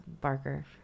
Barker